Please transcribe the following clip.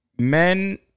Men